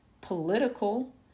political